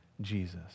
Jesus